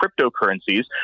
cryptocurrencies